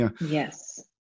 Yes